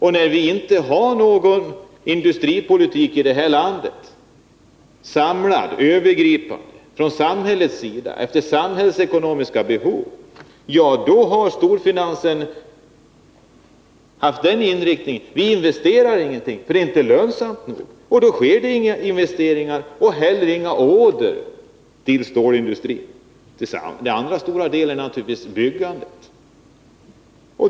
Eftersom vi inte har någon samlad, efter samhällets behov övergripande industripolitik i det här landet har storfinansen haft den inriktningen, att den inte investerat på grund av att det inte varit tillräckligt lönsamt. När det inte är lönsamt sker alltså inga investeringar, och då kommer det inte heller in några order till storindustrin. Den andra betydelsefulla delen i det avseendet är naturligtvis byggandet.